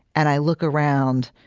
and i look around,